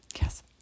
yes